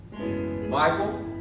Michael